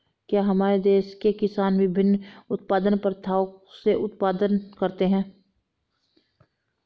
क्या हमारे देश के किसान विभिन्न उत्पादन प्रथाओ से उत्पादन करते हैं?